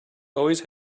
always